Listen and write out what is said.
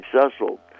successful